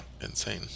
insane